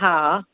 हा